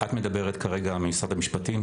את מדברת כרגע ממשרד המשפטים,